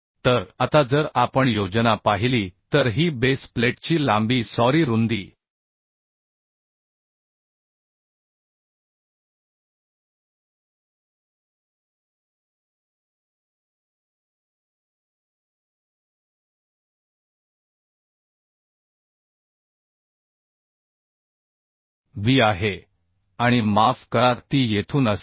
तर आता जर आपण योजना पाहिली तर ही बेस प्लेटची लांबी सॉरी रुंदी b आहे आणि माफ करा ती येथून असेल